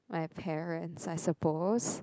my parents I suppose